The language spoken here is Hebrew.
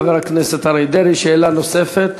חבר הכנסת אריה דרעי, שאלה נוספת.